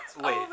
wait